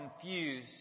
confused